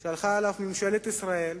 שהלכה אליו ממשלת ישראל,